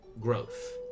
growth